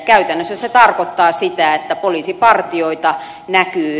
käytännössä se tarkoittaa sitä että poliisipartioita näkyy